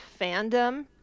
fandom